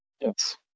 yes